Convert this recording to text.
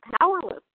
powerless